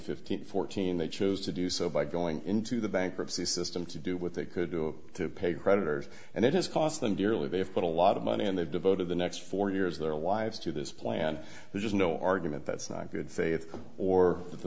fifteen fourteen they chose to do so by going into the bankruptcy system to do what they could do to pay creditors and it has cost them dearly they have put a lot of money and they've devoted the next four years of their lives to this plan there's no argument that's not good faith or the